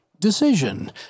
Decision